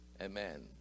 amen